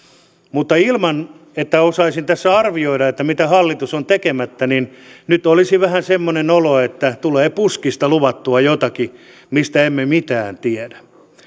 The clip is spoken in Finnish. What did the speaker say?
mutta ilman että osaisin tässä arvioida mitä hallitus on tekemättä niin nyt olisi vähän semmoinen olo että tulee puskista luvattua jotakin mistä emme mitään tiedä